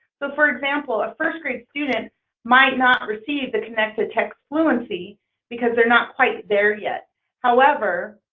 so for example, a first grade student might not receive the connected text fluency because they're not quite there yet however,